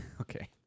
Okay